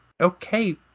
okay